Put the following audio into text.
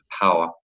power